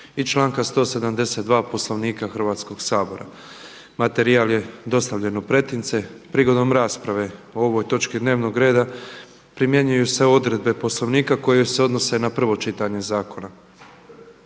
i članka 172. Poslovnika Hrvatskog sabora. Materijal je dostavljen u pretince. Prigodom rasprave o ovoj točki dnevnog reda primjenjuju se odredbe Poslovnika koje se odnose na prvo čitanje zakona.